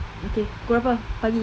okay pukul berapa pagi